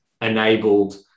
enabled